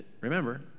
remember